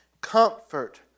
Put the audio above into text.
Comfort